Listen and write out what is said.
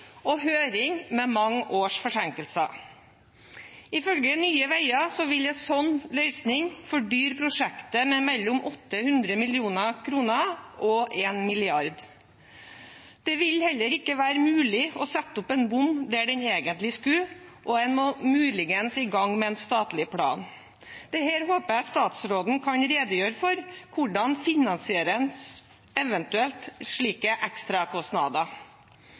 og høring med mange års forsinkelser. Ifølge Nye Veier vil en slik løsning fordyre prosjektet med mellom 800 mill. kr og 1 mrd. kr. Det vil heller ikke være mulig å sette opp en bom der en egentlig skulle, og en må muligens i gang med en statlig plan. Jeg håper at statsråden kan redegjøre for hvordan en finansierer slike ekstrakostnader.